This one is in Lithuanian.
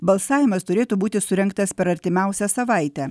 balsavimas turėtų būti surengtas per artimiausią savaitę